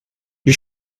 you